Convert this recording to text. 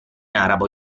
arabo